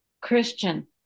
Christian